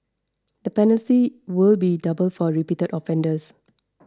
the penalties will be doubled for repeated offenders